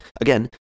again